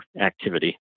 activity